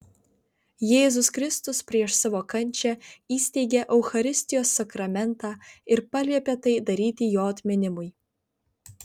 jėzus kristus prieš savo kančią įsteigė eucharistijos sakramentą ir paliepė tai daryti jo atminimui